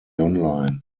online